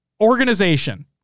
organization